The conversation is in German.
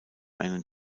einen